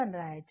అని రాయొచ్చు